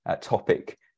topic